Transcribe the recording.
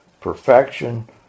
perfection